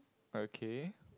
okay